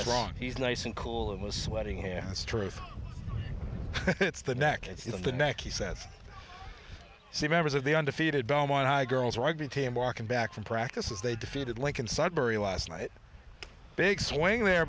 long he's nice and cool and was sweating hands truth it's the neck and neck he says see members of the undefeated belmont high girls rugby team walking back from practices they defeated lincoln sudbury last night big swing there